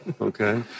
Okay